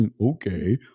Okay